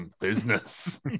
Business